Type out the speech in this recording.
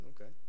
Okay